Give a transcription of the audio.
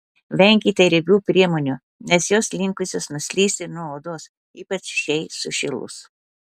venkite riebių priemonių nes jos linkusios nuslysti nuo odos ypač šiai sušilus